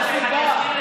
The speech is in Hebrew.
אני אזכיר לך,